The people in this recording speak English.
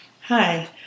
hi